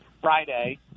Friday